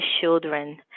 children